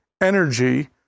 energy